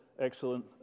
excellent